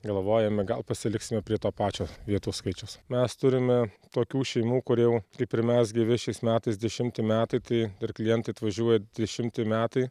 galvojame gal pasiliksime prie to pačio vietų skaičiaus mes turime tokių šeimų kur jau kaip ir mes gyvi šiais metais dešimti metai tai ir klientai atvažiuoja dešimti metai